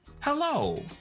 Hello